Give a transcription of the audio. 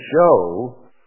show